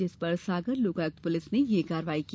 जिसपर सागर लोकायुक्त पुलिस ने यह कार्यवाई की